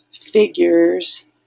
figures